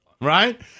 Right